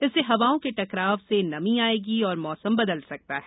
इससे हवाओं के टकराव से नमी आएगी और मौसम बदल सकता है